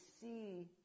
see